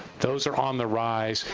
those are on the rise,